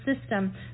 system